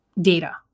data